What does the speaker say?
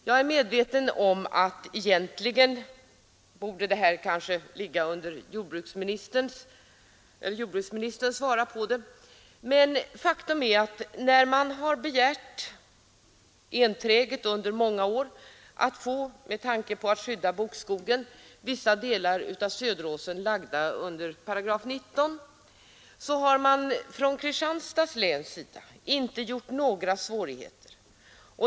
Jag är medveten om att denna fråga kanske egentligen borde besvaras av jordbruksministern, men faktum är att när man har begärt enträget och under många år att med tanke på bokskogens skyddande vissa delar av Söderåsen skulle läggas under 19 § har det från Kristianstads län inte gjorts några svårigheter.